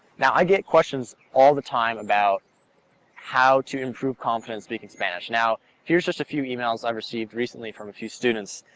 now i get questions all the time about how to improve confidence speaking spanish. now here's just a few emails i've received recently from a few students.